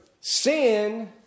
sin